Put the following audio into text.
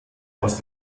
aus